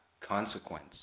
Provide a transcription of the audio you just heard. consequence